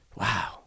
Wow